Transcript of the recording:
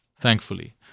thankfully